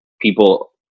people